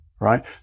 Right